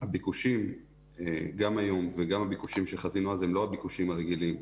הביקושים גם היום וגם הביקושים שחזינו אז הם לא הביקושים הרגילים,